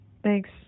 Thanks